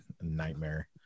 nightmare